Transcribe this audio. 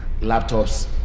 laptops